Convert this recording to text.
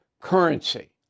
currency